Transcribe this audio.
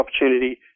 opportunity